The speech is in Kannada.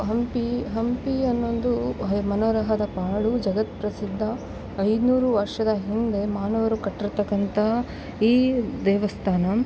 ಹಂಪಿ ಹಂಪಿ ಅನ್ನೋದು ಮನೋಹರದ ಪಾಳು ಜಗತ್ತು ಪ್ರಸಿದ್ಧ ಐದ್ನೂರು ವರ್ಷದ ಹಿಂದೆ ಮಾನವರು ಕಟ್ಟಿರ್ತಕ್ಕಂಥ ಈ ದೇವಸ್ಥಾನ